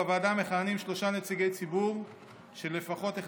בוועדה מכהנים שלושה נציגי ציבור שלפחות אחד